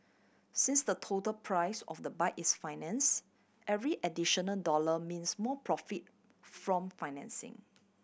since the total price of the bike is finance every additional dollar means more profit from financing